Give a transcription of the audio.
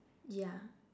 yeah